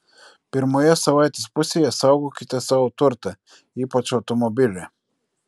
pirmoje savaitės pusėje saugokite savo turtą ypač automobilį